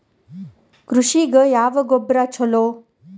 ಕೃಷಿಗ ಯಾವ ಗೊಬ್ರಾ ಛಲೋ?